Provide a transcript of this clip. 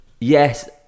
yes